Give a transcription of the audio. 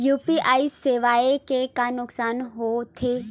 UPI सेवाएं के का नुकसान हो थे?